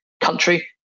country